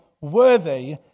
worthy